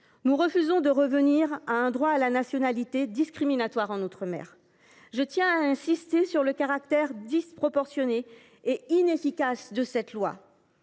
Nous refusons de revenir à un droit de la nationalité discriminatoire en outre mer ! Je tiens à insister sur le caractère disproportionné et inefficace de ce texte.